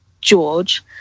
George